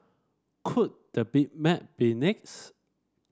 could the Big Mac be next